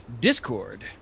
Discord